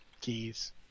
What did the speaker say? keys